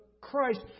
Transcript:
Christ